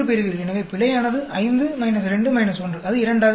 எனவே பிழை ஆனது 5 2 1 அது 2 ஆக வருகிறது